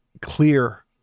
clear